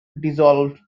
dissolved